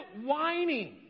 whining